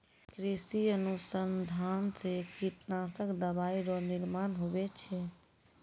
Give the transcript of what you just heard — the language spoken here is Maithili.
कृषि अनुसंधान से कीटनाशक दवाइ रो निर्माण हुवै छै